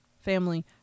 family